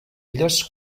elles